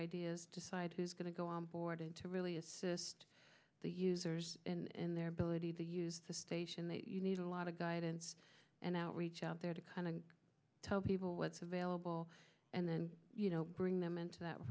ideas decide who's going to go on board and to really assist the users and their ability to use the station that you need a lot of guidance and outreach out there to kind of tell people what's available and then you know bring them into that